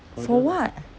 for what